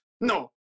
No